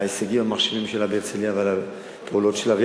להישגים המרשימים שלה בהרצלייה ועל הפעולות שלה.